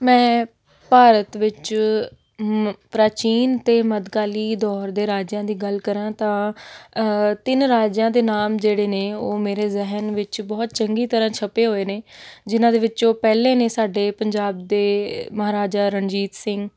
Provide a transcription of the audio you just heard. ਮੈਂ ਭਾਰਤ ਵਿੱਚ ਪ੍ਰਾਚੀਨ ਅਤੇ ਮੱਧਕਾਲੀ ਦੌਰ ਦੇ ਰਾਜਿਆਂ ਦੀ ਗੱਲ ਕਰਾਂ ਤਾਂ ਤਿੰਨ ਰਾਜਿਆਂ ਦੇ ਨਾਮ ਜਿਹੜੇ ਨੇ ਉਹ ਮੇਰੇ ਜ਼ਹਿਨ ਵਿੱਚ ਬਹੁਤ ਚੰਗੀ ਤਰ੍ਹਾਂ ਛਪੇ ਹੋਏ ਨੇ ਜਿਨ੍ਹਾਂ ਦੇ ਵਿੱਚੋਂ ਪਹਿਲੇ ਨੇ ਸਾਡੇ ਪੰਜਾਬ ਦੇ ਮਹਾਰਾਜਾ ਰਣਜੀਤ ਸਿੰਘ